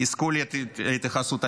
יזכו להתייחסות.